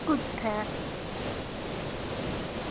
कु'त्थै